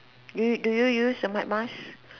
do you do you use the mud mask